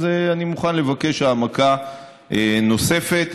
אז אני מוכן לבקש העמקה נוספת,